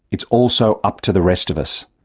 it's also up to the rest of us.